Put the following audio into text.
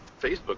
Facebook